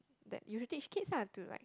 that you should teach kids lah to like